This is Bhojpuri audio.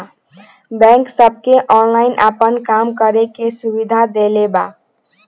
बैक सबके ऑनलाइन आपन काम करे के सुविधा देले बा